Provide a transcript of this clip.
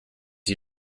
you